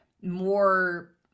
more